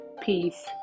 peace